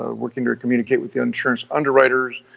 ah working to communicate with the insurance underwriters,